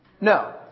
No